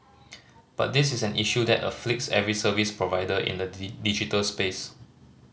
but this is an issue that afflicts every service provider in the digital space